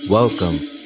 Welcome